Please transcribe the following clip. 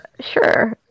sure